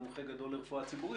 מומחה גדול לרפואה ציבורית,